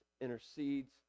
intercedes